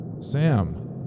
Sam